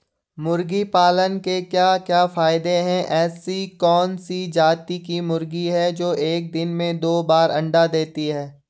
मुर्गी पालन के क्या क्या फायदे हैं ऐसी कौन सी जाती की मुर्गी है जो एक दिन में दो बार अंडा देती है?